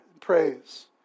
praise